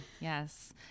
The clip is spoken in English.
yes